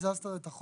שאלה,